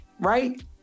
right